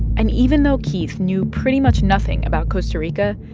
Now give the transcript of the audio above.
and even though keith knew pretty much nothing about costa rica,